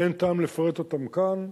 אין טעם לפרט אותן כאן.